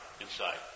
inside